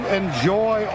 enjoy